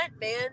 man